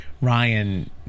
Ryan